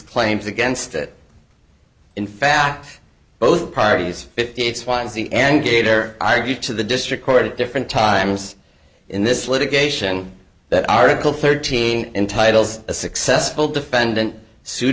claims against it in fact both parties fifty x y and z and gator argue to the district court different times in this litigation that article thirteen entitles a successful defendant su